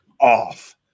off